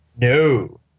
No